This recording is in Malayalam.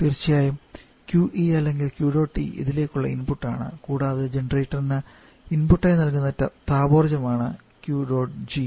തീർച്ചയായും QE അല്ലെങ്കിൽ Q dot E ഇതിലേക്കുള്ള ഇൻപുട്ടാണ് കൂടാതെ ജനറേറ്ററിന് ഇൻപുട്ടായി നൽകുന്ന താപോർജ്ജമാണ് Q dot G